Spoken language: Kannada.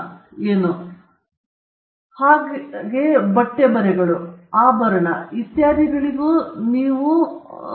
ಸ್ಪೀಕರ್ 2 ಕುಪ್ಪಸ ನನ್ನ ವಿನ್ಯಾಸ ಎಂದು ಯಾರೂ ಹೇಳಲಿಲ್ಲ